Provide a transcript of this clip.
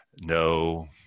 No